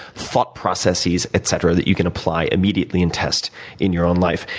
thought processes, etc. that you can apply immediately and test in your own life.